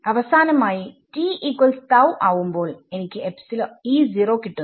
അവസാനമായി ആവുമ്പോൾ എനിക്ക് കിട്ടുന്നു